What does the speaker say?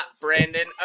Brandon